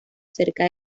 cerca